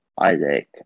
Isaac